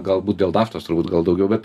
galbūt dėl naftos turbūt gal daugiau bet